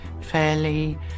fairly